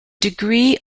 degree